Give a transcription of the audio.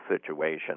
situation